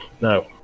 No